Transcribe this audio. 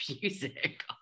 music